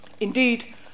Indeed